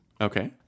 Okay